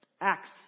acts